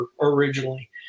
originally